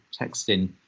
texting